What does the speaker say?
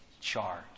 charge